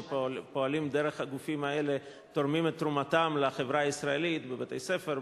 שפועלים דרך הגופים האלה תורמים את תרומתם לחברה הישראלית בבתי-ספר,